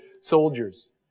soldiers